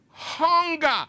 Hunger